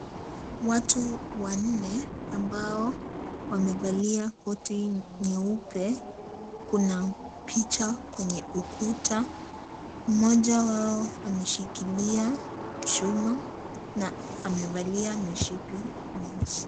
Watu wanne ambao wamevalia koti nyeupe kuna picha kwenye ukuta. Mmoja wao ameshikilia chuma na amevalia mishibi nyeusi.